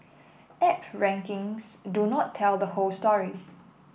app rankings do not tell the whole story